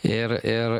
ir ir